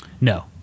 No